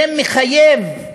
זה מחייב,